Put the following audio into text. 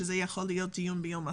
וזה יכול להיות דיון ביום אחר.